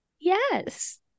Yes